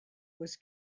was